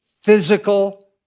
physical